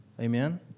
Amen